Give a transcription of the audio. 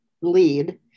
lead